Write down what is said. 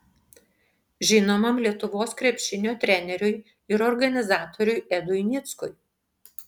žinomam lietuvos krepšinio treneriui ir organizatoriui edui nickui